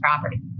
property